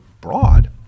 broad